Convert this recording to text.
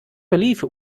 believe